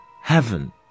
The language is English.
heaven